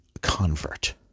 convert